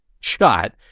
shot